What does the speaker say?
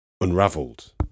unraveled